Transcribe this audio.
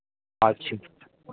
अच्छा